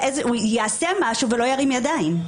הוא יעשה משהו ולא ירים ידיים.